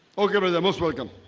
okay, brother most welcome.